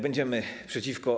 Będziemy przeciw.